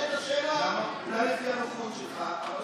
אתה משנה את השאלה לפי הנוחות שלך.